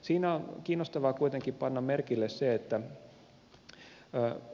siinä on kiinnostavaa kuitenkin panna merkille se että